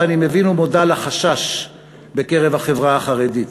ואני מבין ומודע לחשש בקרב החברה החרדית,